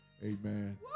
Amen